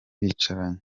bicaranye